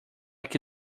que